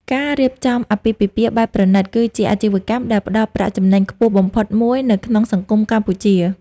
ការរៀបចំអាពាហ៍ពិពាហ៍បែបប្រណីត គឺជាអាជីវកម្មដែលផ្តល់ប្រាក់ចំណេញខ្ពស់បំផុតមួយនៅក្នុងសង្គមកម្ពុជា។